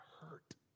hurt